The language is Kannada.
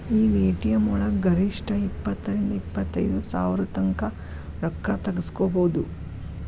ಈಗ ಎ.ಟಿ.ಎಂ ವಳಗ ಗರಿಷ್ಠ ಇಪ್ಪತ್ತರಿಂದಾ ಇಪ್ಪತೈದ್ ಸಾವ್ರತಂಕಾ ರೊಕ್ಕಾ ತಗ್ಸ್ಕೊಬೊದು